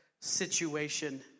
situation